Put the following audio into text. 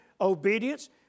obedience